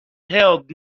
held